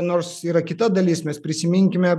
nors yra kita dalis mes prisiminkime